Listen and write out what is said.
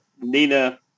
Nina